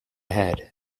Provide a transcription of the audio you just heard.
head